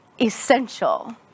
essential